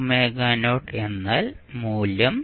ɑ എന്നാൽ മൂല്യം